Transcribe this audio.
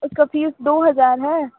उसका फीस दो हजार है